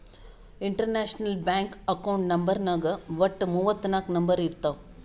international bank account ನಂಬರ್ನಾಗ್ ವಟ್ಟ ಮೂವತ್ ನಾಕ್ ನಂಬರ್ ಇರ್ತಾವ್